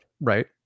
Right